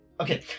okay